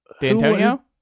D'Antonio